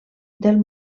del